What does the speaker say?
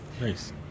nice